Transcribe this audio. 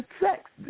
sex